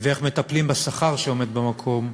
ואיך מטפלים בשכר שעומד במקום,